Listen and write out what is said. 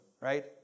right